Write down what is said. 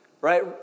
Right